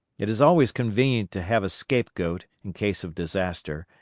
it is always convenient to have a scape-goat in case of disaster,